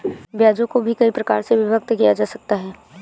ब्याजों को भी कई प्रकार से विभक्त किया जा सकता है